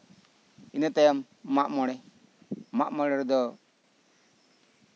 ᱤᱱᱟᱹ ᱛᱟᱭᱚᱢ ᱢᱟᱜᱽ ᱢᱚᱬᱮ ᱢᱟᱜ ᱢᱚᱬᱮ ᱨᱮᱫᱚ